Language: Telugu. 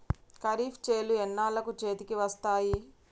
ఖరీఫ్ చేలు ఎన్నాళ్ళకు చేతికి వస్తాయి?